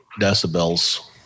decibels